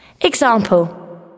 Example